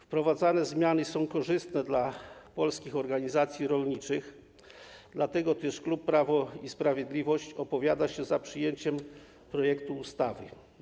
Wprowadzane zmiany są korzystne dla polskich organizacji rolniczych, dlatego też klub Prawo i Sprawiedliwość opowiada się za przyjęciem projektu ustawy.